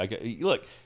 Look